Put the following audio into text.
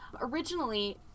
Originally